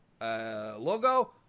logo